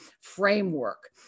framework